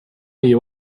you